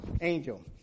angel